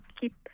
keep